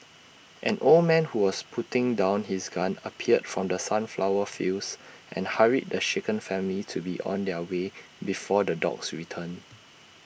an old man who was putting down his gun appeared from the sunflower fields and hurried the shaken family to be on their way before the dogs return